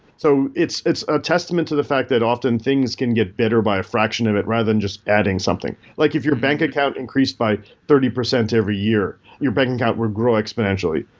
so it's it's a testament to the fact that, often, things can get better by a fraction of it rather than just adding something. like if your bank account increased by thirty percent every year, your bank account will grow exponentially.